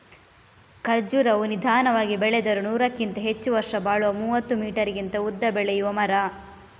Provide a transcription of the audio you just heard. ಖರ್ಜುರವು ನಿಧಾನವಾಗಿ ಬೆಳೆದರೂ ನೂರಕ್ಕಿಂತ ಹೆಚ್ಚು ವರ್ಷ ಬಾಳುವ ಮೂವತ್ತು ಮೀಟರಿಗಿಂತ ಉದ್ದ ಬೆಳೆಯುವ ಮರ